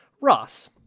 Ross